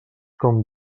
com